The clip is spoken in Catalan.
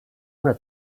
una